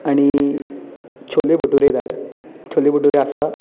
आनी छोले भटुरे धाड छोले भटुरे आसा